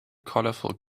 colorful